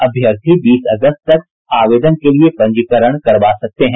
अभ्यर्थी बीस अगस्त तक आवेदन के लिए पंजीकरण करवा सकते हैं